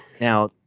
Now